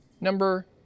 Number